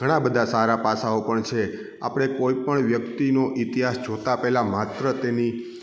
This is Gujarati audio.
ઘણાં બધાં સારા પાસાઓ પણ છે આપણે કોઈ પણ વ્યક્તિનું ઈતિહાસ જોતાં પહેલાં માત્ર તેની